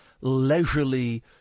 leisurely